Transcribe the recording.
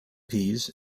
peas